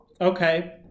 Okay